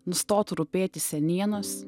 nustotų rūpėti senienos